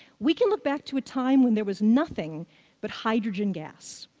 we can look back to a time when there was nothing but hydrogen gas.